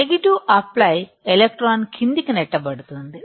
negative apply electron క్రిందికి నెట్టబడుతుంది